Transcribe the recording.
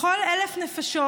לכל 1,000 נפשות,